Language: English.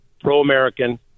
pro-American